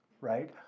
right